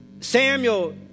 Samuel